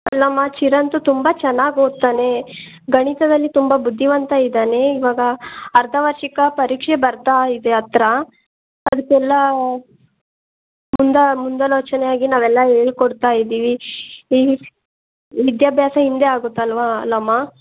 ಅಲ್ಲಮ್ಮ ಚಿರಂತು ತುಂಬ ಚೆನ್ನಾಗಿ ಓದ್ತಾನೆ ಗಣಿತದಲ್ಲಿ ತುಂಬ ಬುದ್ಧಿವಂತ ಇದ್ದಾನೆ ಈವಾಗ ಅರ್ಧವಾರ್ಷಿಕ ಪರೀಕ್ಷೆ ಬರ್ತಾಯಿದೆ ಹತ್ತಿರ ಅದಕ್ಕೆಲ್ಲ ಮುಂದಾಲೋಚನೆಯಾಗಿ ನಾವೆಲ್ಲ ಹೇಳ್ಕೊಡ್ತಾ ಇದ್ದೀವಿ ಈ ವಿದ್ಯಾಭ್ಯಾಸ ಹಿಂದೆ ಆಗುತ್ತಲ್ವ ಅಲ್ಲಮ್ಮ